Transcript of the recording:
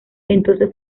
entonces